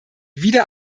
wieder